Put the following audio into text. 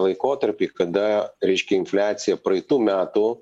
laikotarpį kada reiškia infliacija praeitų metų